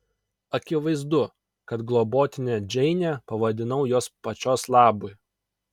akivaizdu kad globotine džeinę pavadinau jos pačios labui